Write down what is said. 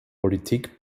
politik